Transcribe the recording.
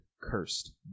cursed